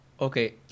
Okay